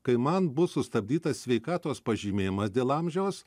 kai man bus sustabdytas sveikatos pažymėjimas dėl amžiaus